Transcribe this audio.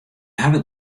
hawwe